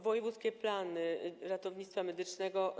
Wojewódzkie plany ratownictwa medycznego.